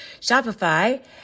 Shopify